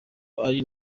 ari